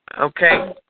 Okay